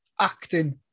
acting